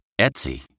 Etsy